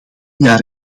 jaar